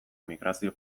migrazio